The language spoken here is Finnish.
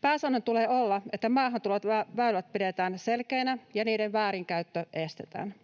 Pääsäännön tulee olla, että maahantuloväylät pidetään selkeinä ja niiden väärinkäyttö estetään.